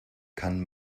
kann